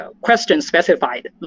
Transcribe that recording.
question-specified